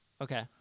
Okay